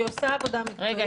היא עושה עבודה מקצועית.